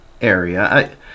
area